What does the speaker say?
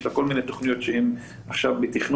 ויש לה כל מיני תוכניות שנמצאות עכשיו בתכנון,